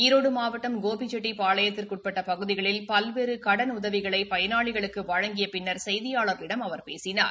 ஈரோடு மாவட்டம் கோபிச்செட்டிப் பாளையத்திற்கு உட்பட்ட பகுதிகளில் பல்வேறு கடனுதவிகளை பயனாளிகளுக்கு வழங்கிய பின்னர் கெய்தியாளர்களிடம் அவர் பேசினார்